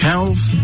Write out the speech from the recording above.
Health